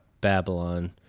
Babylon